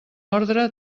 orde